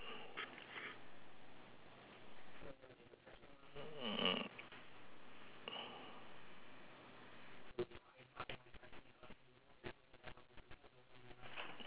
mm